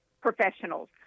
professionals